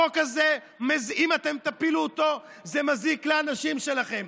החוק הזה, אם תפילו אותו, זה מזיק לאנשים שלכם.